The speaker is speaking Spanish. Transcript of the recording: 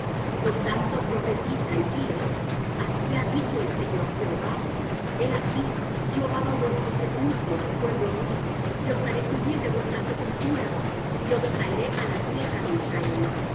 por tanto profetiza y diles así ha dicho el señor jehová he aquí yo abro vuestros sepulcros pueblo mío y os haré subir de vuestras sepulturas y os traeré á la tierra de israel